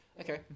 Okay